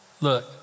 look